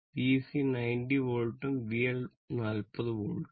VC 90 വോൾട്ടും VL 40 വോൾട്ടും